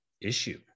issue